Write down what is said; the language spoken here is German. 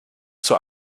zur